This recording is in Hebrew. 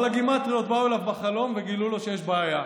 אבל הגימטריות באו אליו בחלום וגילו לו שיש בעיה.